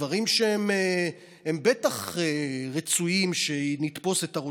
דברים שבטח רצויים, שנתפוס את הרוצחים.